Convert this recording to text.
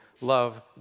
love